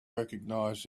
recognize